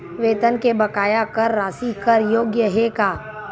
वेतन के बकाया कर राशि कर योग्य हे का?